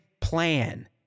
plan